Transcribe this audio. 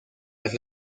las